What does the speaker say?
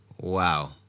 Wow